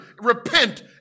repent